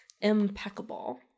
Impeccable